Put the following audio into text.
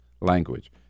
language